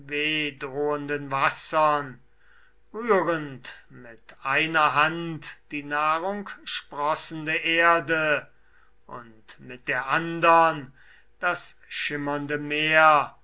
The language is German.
wassern rührend mit einer hand die nahrungsprossende erde und mit der andern das schimmernde meer